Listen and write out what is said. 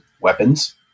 weapons